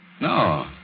No